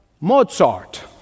Mozart